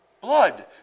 blood